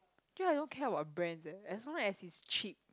actually I don't care about brands eh as long as is cheap